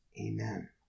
Amen